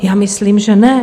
Já myslím, že ne.